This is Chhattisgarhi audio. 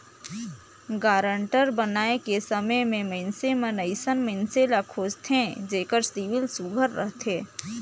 गारंटर बनाए के समे में मइनसे मन अइसन मइनसे ल खोझथें जेकर सिविल सुग्घर रहथे